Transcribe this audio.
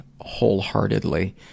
wholeheartedly